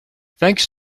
thanks